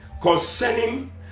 concerning